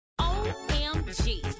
Omg